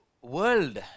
world